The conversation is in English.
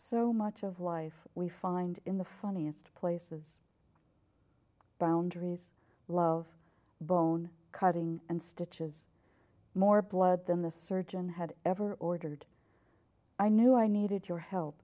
so much of life we find in the funniest places boundaries love bone cutting and stitches more blood than the surgeon had ever ordered i knew i needed your help